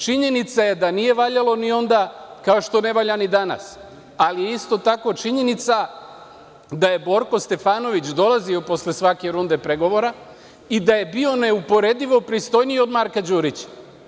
Činjenica je da nije valjalo ni onda, kao što ne valja ni danas, ali je isto tako činjenica da je Borko Stefanović dolazio posle svake runde pregovora i da je bio neuporedivo pristojniji od Marka Đurića.